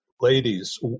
ladies